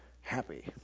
Happy